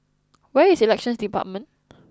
where is Elections Department